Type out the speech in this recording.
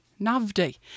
Navdi